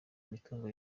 imitungo